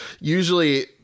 usually